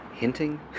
Hinting